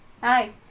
Hi